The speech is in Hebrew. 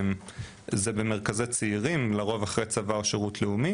התוכנית נמצאת במרכזי צעירים לרוב אחרי צבא או שירות לאומי